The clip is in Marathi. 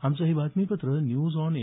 आमचं हे बातमीपत्र न्यूज ऑन ए